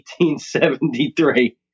1873